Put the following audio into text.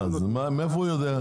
מאיפה הנהג יודע?